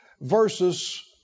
versus